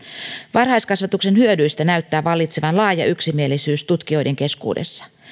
varhaiskasvatuksen hyödyistä näyttää vallitsevan laaja yksimielisyys tutkijoiden keskuudessa